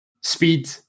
speed